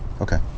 Okay